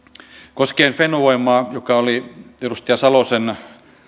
koskien fennovoimaa joka oli edustaja salosen